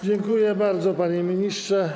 Dziękuję bardzo, panie ministrze.